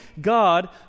God